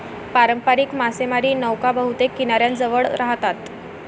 पारंपारिक मासेमारी नौका बहुतेक किनाऱ्याजवळ राहतात